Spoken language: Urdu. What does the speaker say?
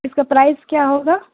اِس کا پرائز کیا ہوگا